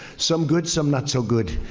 some good some not so good.